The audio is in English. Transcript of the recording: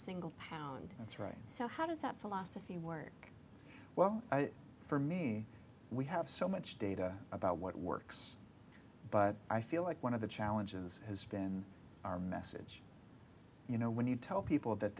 single pound that's right so how does that philosophy work well for me we have so much data about what works but i feel like one of the challenges has been our message you know when you tell people that